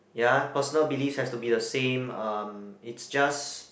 ya personal beliefs have to be the same um it's just